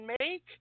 make